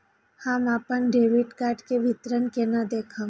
हम अपन debit card के विवरण केना देखब?